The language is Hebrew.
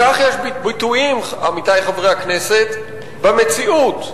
לכך יש ביטויים, עמיתי חברי הכנסת, במציאות.